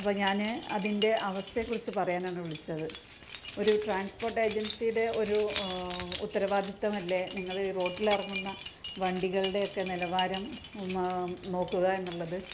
അപ്പോൾ ഞാൻ അതിൻറ്റെ അവസ്ഥയെക്കുറിച്ച് പറയാനാണ് വിളിച്ചത് ഒരു ട്രാൻസ്പോർട്ട് ഏജൻസിയുടെ ഒരു ഉത്തരവാദിത്തമല്ലേ നിങ്ങൾ റോട്ടിലിറങ്ങുന്ന വണ്ടികൾടെയൊക്കെ നിലവാരം നോക്കുക എന്നുള്ളത്